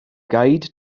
guide